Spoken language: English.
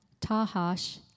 Tahash